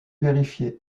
vérifié